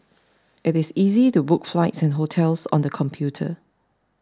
it is easy to book flights and hotels on the computer